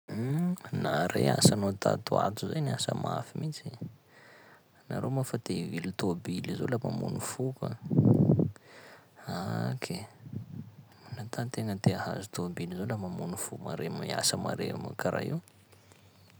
Umh, nare asanao tato ho ato zay niasa mafy mintsy, nareo moa fa te hivily tômbily zao la mamono fo koa, aah kai! Ma- nata an-tegna te hahazo tômbily zao la mamono fo mare miasa mare m- karaha io.